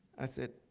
i said,